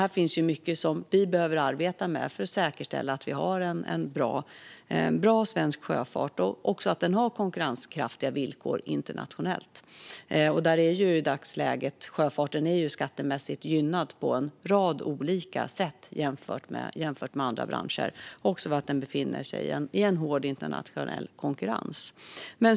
Här finns det alltså mycket som vi behöver arbeta med för att säkerställa att vi har en bra svensk sjöfart och att den har konkurrenskraftiga villkor internationellt. Sjöfarten är i dagsläget skattemässigt gynnad på en rad olika sätt jämfört med andra branscher, också för att den befinner sig i en hård internationell konkurrens.